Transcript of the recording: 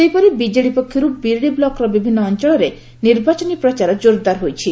ସେହିପରି ବିଜେଡି ପକ୍ଷରୁ ବିରିଡି ବ୍ଲକର ବିଭିନ୍ ଅଞ୍ଞଳରେ ନିର୍ବାଚନୀ ପ୍ରଚାର ଜୋର୍ଦାର ହୋଇଛି